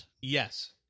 yes